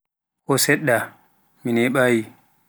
ko seɗɗa mi neɓaayi.